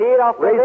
raise